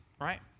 right